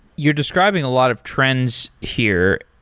you're describing a lot of trends here.